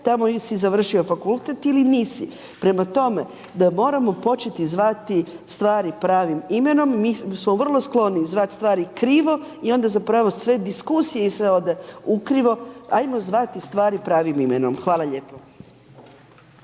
tamo ili si završio fakultet ili nisi. Prema tome, moramo početi zvati stvari pravim imenom, mi smo vrlo skloni zvati stvari krivo i onda zapravo sve diskusije i sve ode u krivo, ajmo zvati stvari pravim imenom. Hvala lijepo.